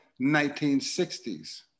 1960s